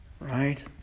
Right